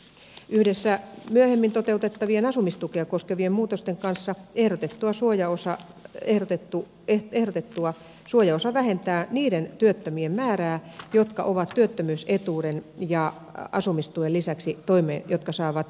yhdessä myöhemmin toteutettavien asumistukea koskevien muutosten kanssa ehdotettu suojaosa vähentää niiden työttömien määrää jotka saavat työttömyysetuuden ja asumistuen lisäksi toimeentulotukea